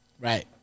Right